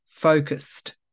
focused